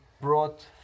brought